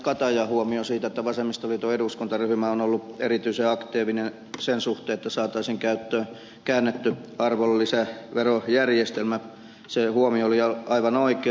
katajan huomio siitä että vasemmistoliiton eduskuntaryhmä on ollut erityisen aktiivinen sen suhteen että saataisiin käyttöön käännetty arvonlisäverojärjestelmä oli aivan oikea